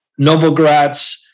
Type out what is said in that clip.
Novogratz